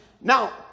Now